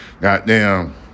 Goddamn